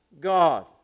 God